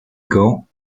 gants